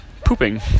pooping